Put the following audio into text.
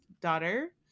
daughter